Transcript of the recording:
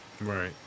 Right